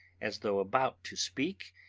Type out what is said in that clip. as though about to speak,